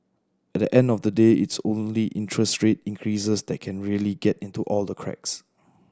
at the end of the day it's only interest rate increases that can really get into all the cracks